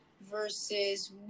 versus